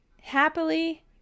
happily